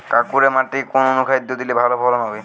কাঁকুরে মাটিতে কোন অনুখাদ্য দিলে ভালো ফলন হবে?